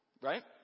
Right